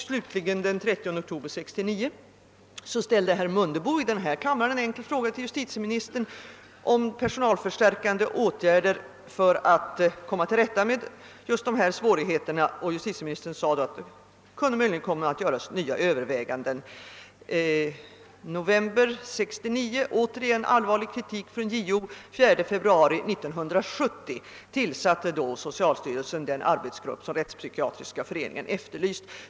Slutligen, den 30 oktober 1969, ställde herr Mundebo i denna kammare en enkel fråga till justitieministern om personalförstärkande åtgärder för att komma till rätta med just dessa svårigheter. Justitieministern sade då, att det möjligen kunde komma att göras nya överväganden. I november 1969: återigen allvarlig kritik från JO, och den 4 februari 1970 tillsatte socialstyrelsen slutligen den arbetsgrupp som Rättspsykiatriska föreningen efterlyst.